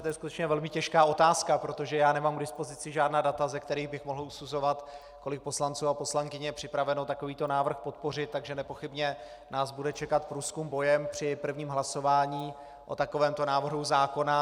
To je skutečně velmi těžká otázka, protože já nemám k dispozici žádná data, ze kterých bych mohl usuzovat, kolik poslanců a poslankyň je připraveno takovýto návrh podpořit, takže nepochybně nás bude čekat průzkum bojem při prvním hlasování o takovémto návrhu zákona.